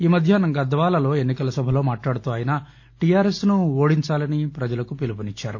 ఈ మధ్యాహ్నం గద్వాలలో ఎన్ని కల సభలో మాట్లాడుతూ ఆయన టీఆర్ఎస్ ను ఓడించాలని ప్రజలను కోరారు